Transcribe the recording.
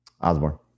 Osborne